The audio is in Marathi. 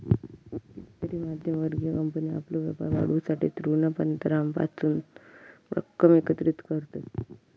कितीतरी मध्यम वर्गीय कंपनी आपलो व्यापार वाढवूसाठी ऋणपत्रांपासून रक्कम एकत्रित करतत